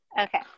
Okay